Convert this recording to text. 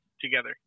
together